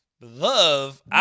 love